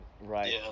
Right